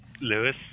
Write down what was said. Lewis